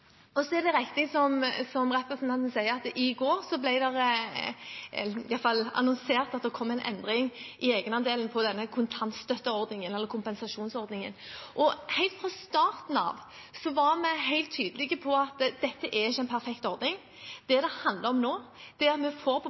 Så er det riktig som representanten sier, at i går ble det iallfall annonsert at det kommer en endring i egenandelen på kontantstøtteordningen, eller kompensasjonsordningen. Helt fra starten av var vi helt tydelige på at dette ikke er en perfekt ordning. Det det handler om nå, er at vi får på